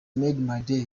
made